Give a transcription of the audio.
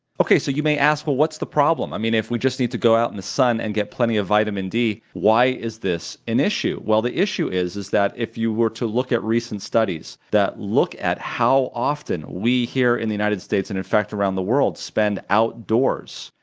okay, so you may ask, well what's the problem? i mean, if we just need to go out in the sun and get plenty of vitamin d, why is this an issue? well, the issue is is that if you were to look at recent studies that look at how often we here in the united states and, in fact, around the world spend outdoors,